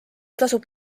tasub